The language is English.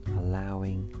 allowing